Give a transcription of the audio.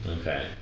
Okay